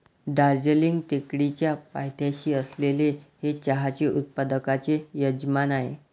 दार्जिलिंग टेकडीच्या पायथ्याशी असलेले हे चहा उत्पादकांचे यजमान आहे